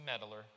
meddler